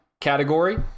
category